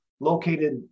located